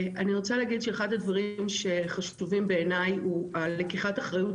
ואחד הדברים החשובים בעיניי הוא לקיחת האחריות